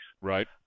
right